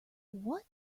what